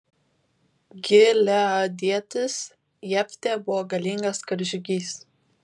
gileadietis jeftė buvo galingas karžygys